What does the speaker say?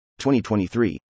2023